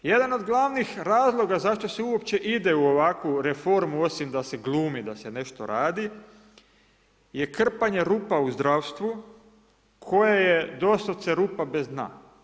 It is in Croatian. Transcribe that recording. Jedan od glavnih razloga zašto se uopće ide u ovakvu reformu osim da se glumi da se nešto radi je krpanje rupa u zdravstvu koje je doslovce rupa bez dna.